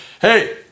Hey